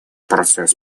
процесс